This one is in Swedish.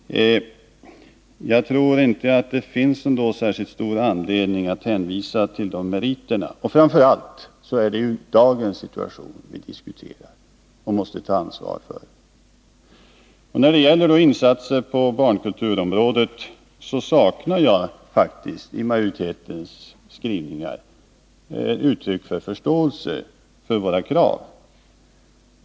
Jag tror inte att det finns särskilt stor anledning att hänvisa till dessa meriter. Framför allt är det dagens situation vi diskuterar och måste ta ansvar för. När det gäller insatserna på barnkulturområdet saknar jag faktiskt uttryck för förståelse för våra krav i majoritetens skrivningar.